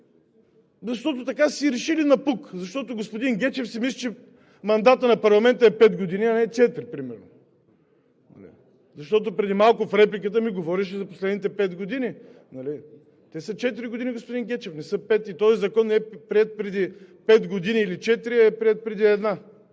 Защото така са си решили напук. Защото господин Гечев си мисли, че мандатът на парламента е пет години, а не е четири примерно. Преди малко в репликата ми говореше за последните пет години. Те са четири години, господин Гечев, не са пет и този закон не е приет преди пет години или четири, а е приет преди